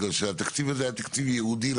בגלל שהתקציב הזה היה תקציב ייעודי.